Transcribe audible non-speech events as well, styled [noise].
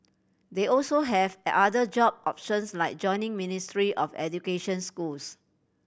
they also have [unintelligible] other job options like joining Ministry of Education schools